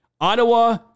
Ottawa